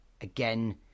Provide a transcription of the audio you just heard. again